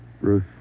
Ruth